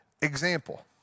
example